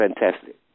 fantastic